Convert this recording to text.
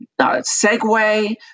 segue